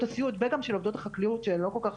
הסיעוד וגם של עובדות החקלאות שלא כל כך